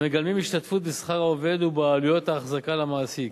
המגלמים השתתפות בשכר העובד ובעלויות ההחזקה למעסיק.